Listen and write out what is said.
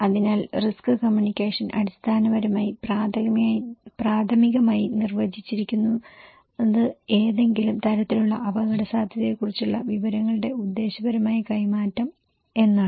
അതിനാൽ risk communication അടിസ്ഥാനപരമായി പ്രാഥമികമായി നിർവചിച്ചിരിക്കുന്നത് ഏതെങ്കിലും തരത്തിലുള്ള അപകടസാധ്യതകളെക്കുറിച്ചുള്ള വിവരങ്ങളുടെ ഉദ്ദേശ്യപരമായ കൈമാറ്റം എന്നാണ്